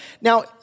Now